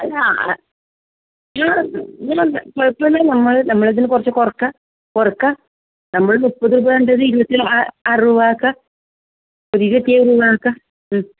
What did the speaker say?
അത് ഇങ്ങനെ കുഴപ്പമില്ല നമ്മൾ നമ്മൾ അതിന് കുറച്ചു കുറക്കാം കുറക്കാം നമ്മൾ മുപ്പത് വേണ്ടത് ഇരുപത്തി ആറ് രൂപമാക്കാം ഒരു ഇരുപത്തി മൂന്നു രൂപമാക്കം